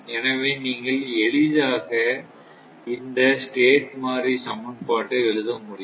எனவே நீங்கள் எளிதாக இந்த ஸ்டேட் மாறிலி சமன்பாட்டை எழுத முடியும்